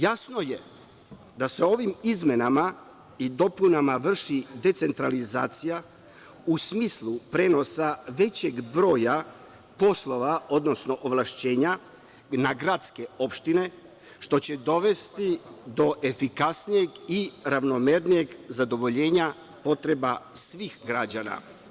Jasno je da se ovim izmenama i dopunama vrši decentralizacija u smislu prenosa većeg broja poslova, odnosno ovlašćenja na gradske opštine, što će dovesti do efikasnijeg i ravnomernijeg zadovoljenja potreba svih građana.